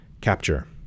capture